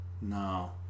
no